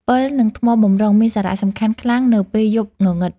ពិល និងថ្មបម្រុងមានសារៈសំខាន់ខ្លាំងនៅពេលយប់ងងឹត។